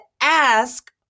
ask